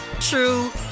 true